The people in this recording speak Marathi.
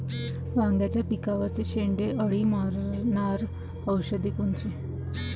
वांग्याच्या पिकावरचं शेंडे अळी मारनारं औषध कोनचं?